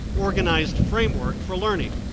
organized framework for learning.